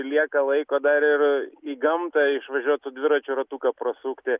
lieka laiko dar ir į gamtą išvažiuot su dviračiu ratuką prasukti